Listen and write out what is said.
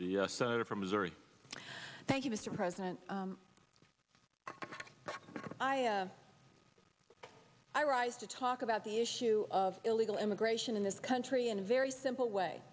the senator from missouri thank you mr president i am i rise to talk about the issue of illegal immigration in this country in a very simple way